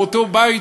באותו בית,